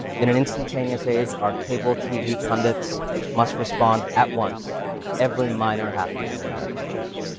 in an instantaneous age, our cable tv pundits must respond at once to every minor happening in american life.